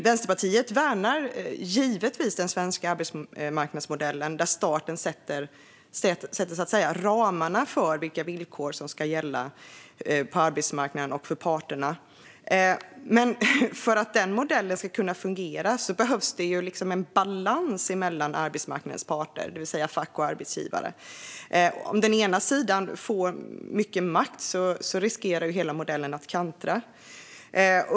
Vänsterpartiet värnar givetvis den svenska arbetsmarknadsmodellen, där staten sätter ramarna för vilka villkor som ska gälla på arbetsmarknaden och för parterna. Men för att den modellen ska fungera behövs det ju en balans mellan arbetsmarknadens parter, det vill säga fack och arbetsgivare. Om den ena sidan får mycket makt riskerar hela modellen att kantra.